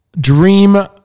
dream